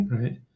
Right